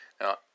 Now